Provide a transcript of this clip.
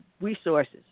resources